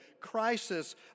crisis